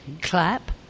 clap